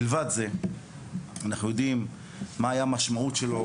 מלבד זה אנחנו יודעים מה היה המשמעות שלו,